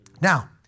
now